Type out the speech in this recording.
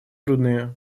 трудные